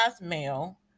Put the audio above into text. male